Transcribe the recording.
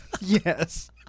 Yes